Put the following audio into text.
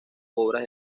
obras